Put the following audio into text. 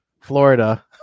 Florida